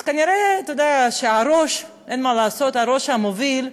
אז כנראה אין מה לעשות: הראש מוביל,